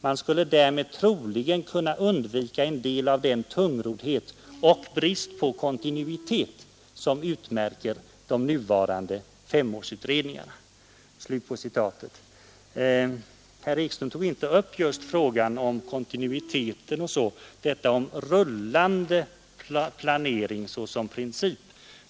Man skulle därmed troligen kunna undvika en del av den tungroddhet och brist på kontinuitet som utmärker de nuvarande femårsutredningarna.” Herr Ekström tog inte upp just frågan om kontinuiteten, dvs. rullande planering s som princip.